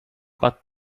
but